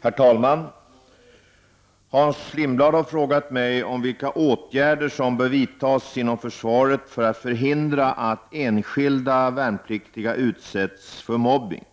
Herr talman! Hans Lindblad har frågat mig om vilka åtgärder som bör vidtas inom försvaret för att förhindra att enskilda värnpliktiga utsätts för mobbning.